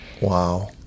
wow